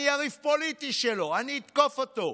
אני יריב פוליטי שלו, אני אתקוף אותו,